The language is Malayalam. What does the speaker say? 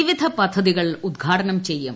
വിവിധ പദ്ധതികൾ ഉദ്ഘാടനം ചെയ്യും